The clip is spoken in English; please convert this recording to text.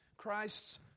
Christ's